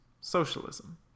Socialism